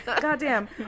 Goddamn